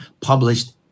published